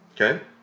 Okay